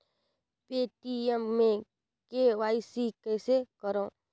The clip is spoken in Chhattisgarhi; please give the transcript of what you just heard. पे.टी.एम मे के.वाई.सी कइसे करव?